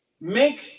Make